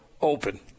open